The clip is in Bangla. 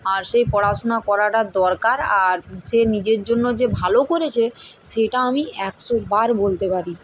আর সেই পড়াশোনা করাটা দরকার আর যে নিজের জন্য যে ভালো করেছে সেটা আমি একশো বার বলতে পারি